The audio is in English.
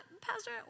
Pastor